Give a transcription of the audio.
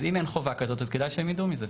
אז אם אין חובה כזאת, אז כדאי שהם ידעו מזה.